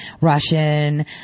Russian